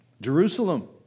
Jerusalem